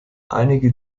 einige